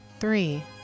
three